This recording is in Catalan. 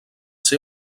ser